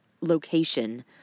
location